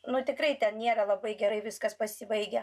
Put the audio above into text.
nu tikrai ten nėra labai gerai viskas pasibaigę